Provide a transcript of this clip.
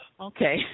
Okay